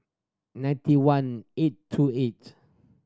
ninety one eight two eight